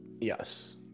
yes